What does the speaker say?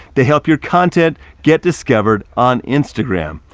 they help your content get discovered on instagram.